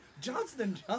Johnson &